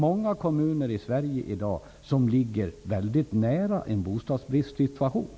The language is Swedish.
Många kommuner i Sverige befinner sig i dag väldigt nära en situation med bostadsbrist.